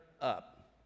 up